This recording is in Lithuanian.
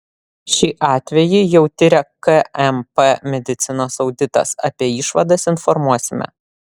šį atvejį jau tiria kmp medicinos auditas apie išvadas informuosime